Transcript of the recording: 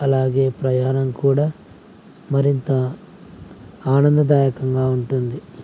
అలాగే ప్రయాణం కూడా మరింత ఆనందదాయకంగా ఉంటుంది